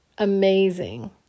amazing